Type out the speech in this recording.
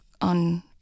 on